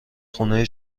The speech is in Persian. خونه